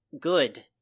good